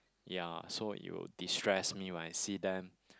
ya so it will destress me when I see them